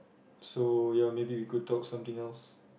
so ya maybe we could talk something else